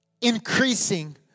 increasing